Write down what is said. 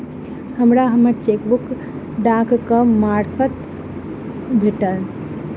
हमरा हम्मर चेकबुक डाकक मार्फत भेटल